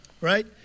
right